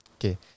Okay